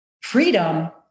freedom